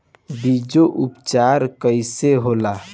बीजो उपचार कईसे होला?